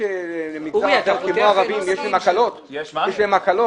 למגזר כמו הערבים יש הקלות במבחנים.